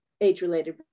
age-related